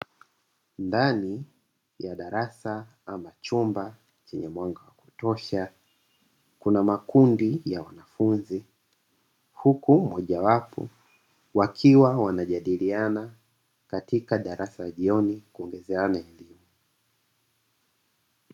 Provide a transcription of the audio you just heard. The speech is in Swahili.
Ndani ya darasa ama chumba chenye mwanga wa kutosha kuna makundi ya wanafunzi, huku moja wapo wakiwa wanajadiliana katika darasa jioni kuongezeana elimu.